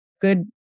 Good